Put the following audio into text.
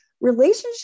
Relationship